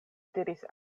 diris